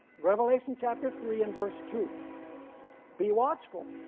revelation chapter three and verse two be watchful,